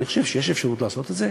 אני חושב שיש אפשרות לעשות את זה.